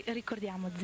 ricordiamo